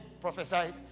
prophesied